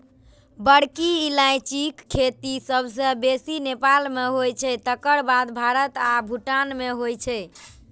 बड़की इलायचीक खेती सबसं बेसी नेपाल मे होइ छै, तकर बाद भारत आ भूटान मे होइ छै